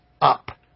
up